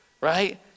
Right